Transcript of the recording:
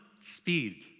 speed